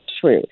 true